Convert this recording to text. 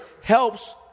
helps